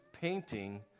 painting